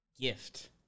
Gift